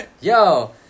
Yo